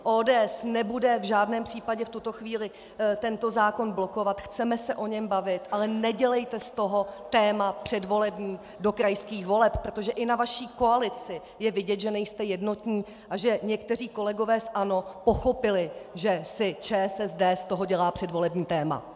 ODS nebude v žádném případě v tuto chvíli tento zákon blokovat, chceme se o něm bavit, ale nedělejte z toho předvolební téma do krajských voleb, protože i na vaší koalici je vidět, že nejste jednotní a že někteří kolegové z ANO pochopili, že si ČSSD z toho dělá předvolební téma.